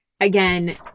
again